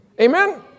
Amen